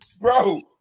Bro